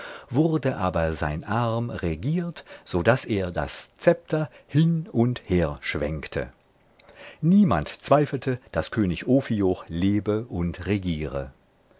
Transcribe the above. wurde aber sein arm regiert so daß er das zepter hin und her schwenkte niemand zweifelte daß könig ophioch lebe und regiere